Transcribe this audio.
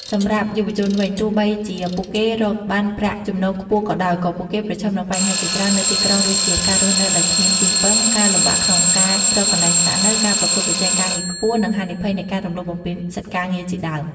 សម្រាប់យុវជនវិញ ទោះបីជាពួកគេរកបានប្រាក់ចំណូលខ្ពស់ក៏ដោយ ក៏ពួកគេប្រឈមនឹងបញ្ហាជាច្រើននៅទីក្រុងដូចជា ការរស់នៅដោយគ្មានទីពឹង ការលំបាកក្នុងការរកកន្លែងស្នាក់នៅ ការប្រកួតប្រជែងការងារខ្ពស់ និងហានិភ័យនៃការរំលោភបំពានសិទ្ធិការងារជាដើម។